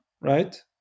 right